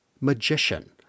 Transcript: magician